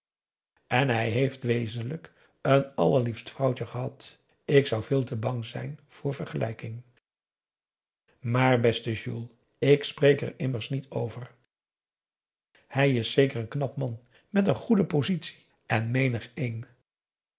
en hij heeft wezenlijk een allerliefst vrouwtje gehad ik zou veel te bang zijn voor vergelijking maar beste juul ik spreek er immers niet over hij is zeker een knap man met een goede positie en menigeen